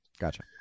Gotcha